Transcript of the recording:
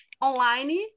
online